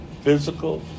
physical